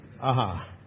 Aha